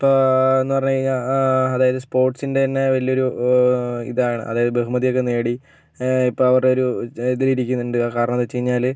ഇപ്പോൾ എന്ന് പറഞ്ഞു കഴിഞ്ഞാൽ അതായത് സ്പോർട്സിൻ്റെ തന്നെ വലിയൊരു ഇതാണ് അതായത് വലിയ ബഹുമതിയൊക്കെ നേടി ഇപ്പോൾ അവർ ഒരു ഇതിൽ ഇരിക്കുന്നുണ്ട് കാരണം എന്താന്ന് വെച്ച് കഴിഞ്ഞാല്